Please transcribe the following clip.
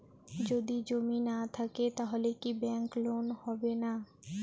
যদি জমি না থাকে তাহলে কি ব্যাংক লোন হবে না?